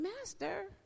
Master